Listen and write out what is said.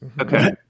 Okay